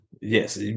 yes